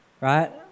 right